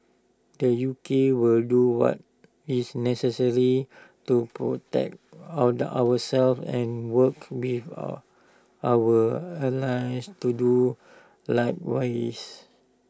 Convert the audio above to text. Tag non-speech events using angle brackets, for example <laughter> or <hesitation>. the U K will do what is necessary to protect our ourselves and work with <hesitation> our allies to do likewise